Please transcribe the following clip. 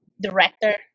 director